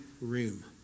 room